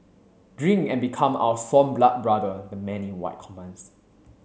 drink and become our sworn blood brother the man in white commands